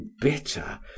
bitter